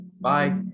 Bye